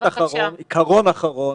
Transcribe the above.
עקרון אחרון